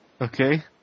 okay